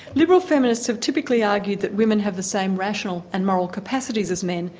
liberal feminists have typically argued that women have the same rational and moral capacities as men,